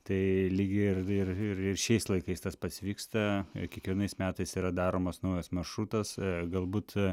tai lygiai ir ir ir ir šiais laikais tas pats vyksta kiekvienais metais yra daromas naujas maršrutas galbūt